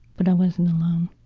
but i wasn't alone.